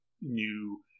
new